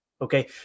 Okay